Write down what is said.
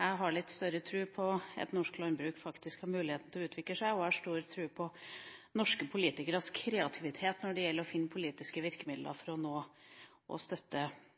Jeg har litt større tro på at norsk landbruk faktisk har muligheten til å utvikle seg, og jeg har stor tro på norske politikeres kreativitet når det gjelder å finne politiske virkemidler for å støtte næringslivet, om man ønsker det. Utenriksministeren snakket en del om arbeidsinnvandring, og